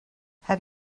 have